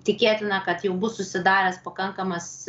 tikėtina kad jau bus susidaręs pakankamas